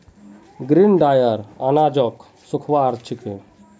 grain dryer अनाजक सुखव्वार छिके